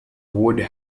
would